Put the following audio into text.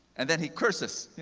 and then, he curses,